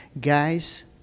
guys